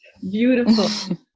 beautiful